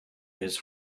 his